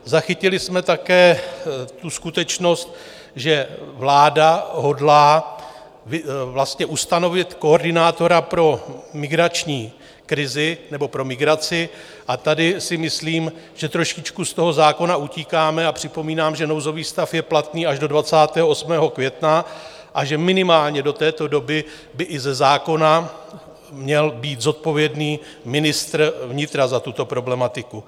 Zachytili jsme také tu skutečnost, že vláda hodlá ustanovit koordinátora pro migrační krizi nebo pro migraci, a tady si myslím, že trošičku z toho zákona utíkáme, a připomínám, že nouzový stav je platný až do 28. května a že minimálně do této doby by i ze zákona měl být zodpovědný ministr vnitra za tuto problematiku.